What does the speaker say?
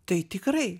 tai tikrai